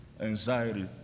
anxiety